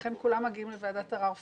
ולכן כולם מגיעים לוועדת ערר פיסית.